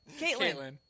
Caitlin